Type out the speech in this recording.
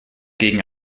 gegen